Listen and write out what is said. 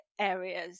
areas